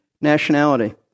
nationality